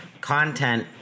content